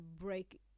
break